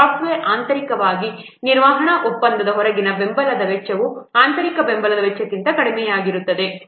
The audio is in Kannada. ಸಾಫ್ಟ್ವೇರ್ ಆಂತರಿಕವಾಗಿ ನಿರ್ವಹಣಾ ಒಪ್ಪಂದದ ಹೊರಗಿನ ಬೆಂಬಲದ ವೆಚ್ಚವು ಆಂತರಿಕ ಬೆಂಬಲದ ವೆಚ್ಚಕ್ಕಿಂತ ಕಡಿಮೆಯಿರುತ್ತದೆ